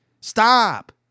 Stop